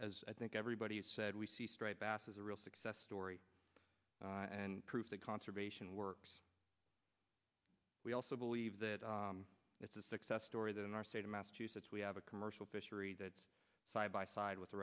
as i think everybody has said we see striped bass as a real success story and proof that conservation works we also believe that it's a success story that in our state of massachusetts we have a commercial fisheries that side by side with